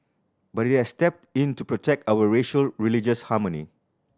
but it has step in to protect our racial religious harmony